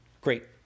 great